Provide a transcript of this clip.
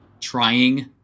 trying